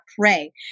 pray